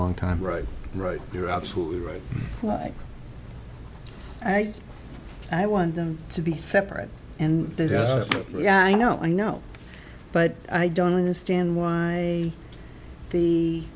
long time right right you're absolutely right like i said i want them to be separate and yeah i know i know but i don't understand why the